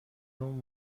اون